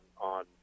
on